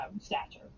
stature